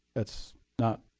it's not